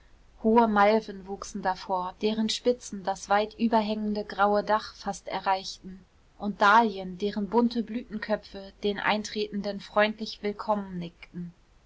hohe malven wuchsen davor deren spitzen das weit überhängende graue dach fast erreichten und dahlien deren bunte blütenköpfe den eintretenden freundlich willkommen nickten